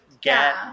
Get